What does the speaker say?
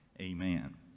amen